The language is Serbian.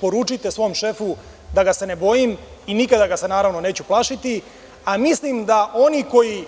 Poručite svom šefu da ga se ne bojim i nikada ga se naravno neću plašiti, a mislim da oni koji